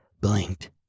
blinked